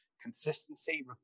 consistency